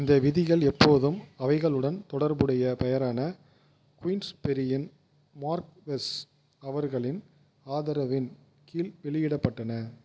இந்த விதிகள் எப்போதும் அவைகளுடன் தொடர்புடைய பெயரான குயின்ஸ்பெரியின் மார்க்வெஸ் அவர்களின் ஆதரவின் கீழ் வெளியிடப்பட்டன